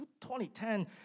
2010